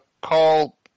call